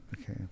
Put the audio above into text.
okay